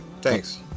Thanks